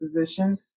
position